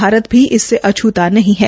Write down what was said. भारत भी इससे अछता नही है